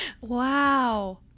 Wow